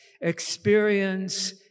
experience